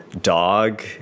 dog